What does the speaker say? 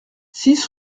six